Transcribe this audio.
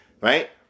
right